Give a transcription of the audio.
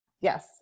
yes